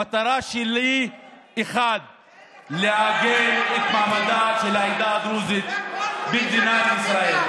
המטרה שלי היא אחת: לעגן את מעמדה של העדה הדרוזית במדינת ישראל.